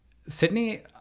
Sydney